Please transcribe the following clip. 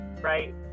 right